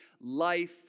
life